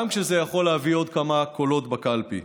גם כשזה יכול להביא עוד כמה קולות בקלפי.